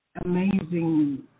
amazing